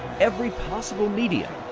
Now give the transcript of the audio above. every possible medium,